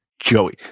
Joey